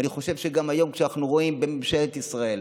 ואני חושב שגם היום, כשאנחנו רואים בממשלת ישראל